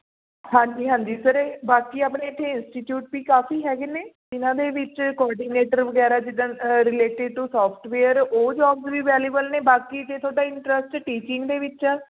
ਹਾਂਜੀ ਹਾਂਜੀ ਸਰ ਬਾਕੀ ਆਪਣੇ ਇੱਥੇ ਇੰਸਟੀਚਿਊਟ ਵੀ ਕਾਫੀ ਹੈਗੇ ਨੇ ਇਹਨਾਂ ਦੇ ਵਿੱਚ ਕੋਆਰਡੀਨੇਟਰ ਵਗੈਰਾ ਜਿੱਦਾਂ ਰਿਲੇਟਿਡ ਟੂ ਸੋਫਟਵੇਅਰ ਉਹ ਜੋਬਸ ਵੀ ਅਵੇਲੇਬਲ ਨੇ ਬਾਕੀ ਜੇ ਤੁਹਾਡਾ ਇੰਟਰਸਟ ਟੀਚਿੰਗ ਦੇ ਵਿੱਚ ਆ